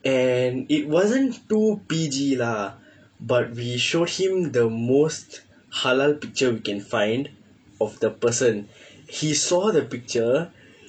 and it wasn't too P_G lah but we showed him the most halal picture we can find of the person he saw the picture